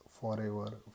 forever